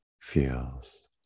feels